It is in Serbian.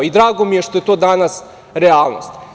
Drago mi je što je to danas realnost.